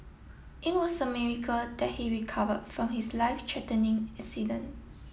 it was a miracle that he recovered from his life threatening accident